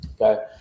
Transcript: Okay